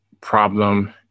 problem